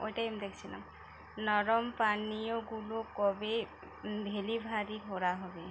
ওইটাই আমি দেখছিলাম নরম পানীয়গুলো কবে ডেলিভারি করা হবে